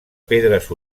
pedres